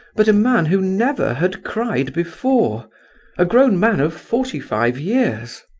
but a man who never had cried before a grown man of forty-five years.